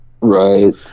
right